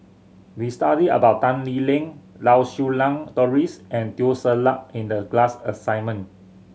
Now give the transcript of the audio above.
we studied about Tan Lee Leng Lau Siew Lang Doris and Teo Ser Luck in the class assignment